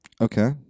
Okay